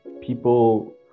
people